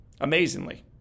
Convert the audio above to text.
Amazingly